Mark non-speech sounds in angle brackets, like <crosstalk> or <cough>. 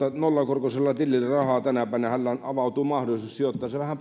nollakorkoisella tilillä rahaa tänä päivänä avautuu mahdollisuus sijoittaa se vähän <unintelligible>